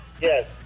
Yes